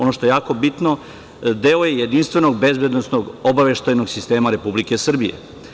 Ono što je jako bitno, deo je jedinstvenog bezbednosnog obaveštajnog sistema Republike Srbije.